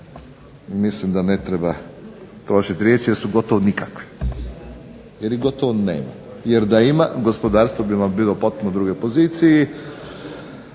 mislim da ne treba trošit riječi jer su gotovo nikakve, jer ih gotovo nema. Jer da ima, gospodarstvo bi vam bilo u potpuno drugoj poziciji.